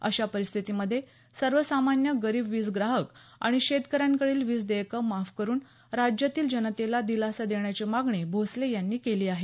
अशा परिस्थितीमध्ये सर्वसामान्यगरीब वीजग्राहक आणि शेतकऱ्यांकडील वीज देयक माफ करून राज्यातील जनतेला दिलासा देण्याची मागणी भोसले यांनी केली आहे